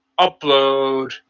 upload